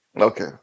Okay